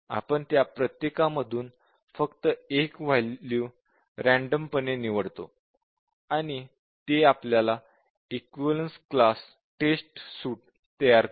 आपण त्या प्रत्येकामधून फक्त एक वॅल्यू यादृच्छिकपणे निवडतो आणि ते आपले इक्विवलेन्स क्लास टेस्ट सुट तयार करेल